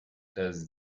does